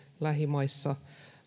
lähimaissa